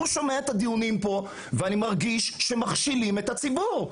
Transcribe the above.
אני מרגיש שמכשילים את הציבור.